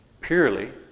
purely